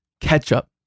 ketchup